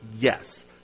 Yes